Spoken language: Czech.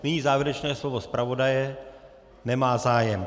Nyní závěrečné slovo zpravodaje nemá zájem.